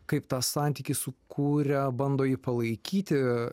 kaip tą santykį sukūrę bando jį palaikyti